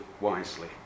wisely